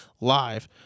live